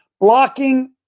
blocking